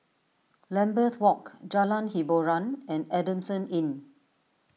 Lambeth Walk Jalan Hiboran and Adamson Inn